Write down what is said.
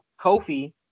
Kofi